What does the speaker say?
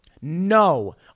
No